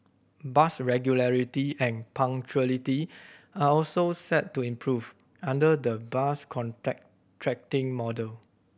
bus regularity and punctuality are also set to improve under the bus model